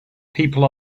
people